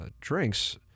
drinks